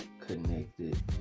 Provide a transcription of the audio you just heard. connected